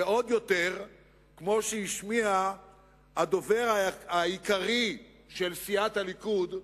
ועוד יותר כמו שהשמיע הדובר העיקרי של סיעת הליכוד,